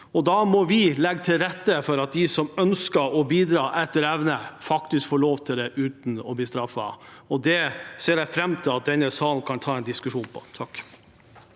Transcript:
da må vi legge til rette for at de som ønsker å bidra etter evne, faktisk får lov til det uten å bli straffet. Det ser jeg fram til at denne salen kan ta en diskusjon på. Jeg